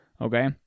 Okay